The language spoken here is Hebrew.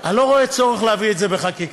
אני לא רואה צורך להביא את זה בחקיקה.